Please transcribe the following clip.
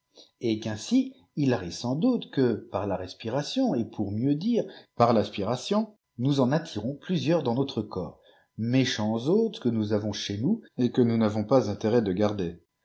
et qu'ainsi il arrive sans doute que par la respiration et pour mieux dire par l'aspiration nous en attirons plusieurs dans notre corps méchants hôtes que nous avons chez nous et que nous n'avons pas intérêt de garder